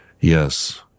Yes